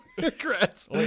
Democrats